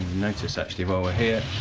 notice actually while we're here